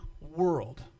world